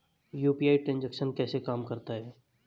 UPI transaction कैसे काम करता है?